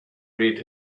read